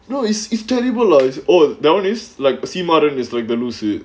you know it's it's terrible or oh that [one] is like a madhavan is like the லூசு:loosu